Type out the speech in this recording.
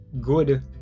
Good